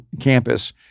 campus